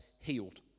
healed